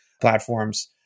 platforms